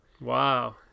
Wow